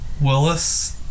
Willis